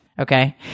Okay